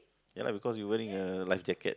ya lah because you wearing a life jacket